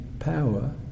Power